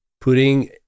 putting